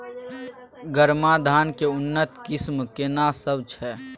गरमा धान के उन्नत किस्म केना सब छै?